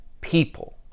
people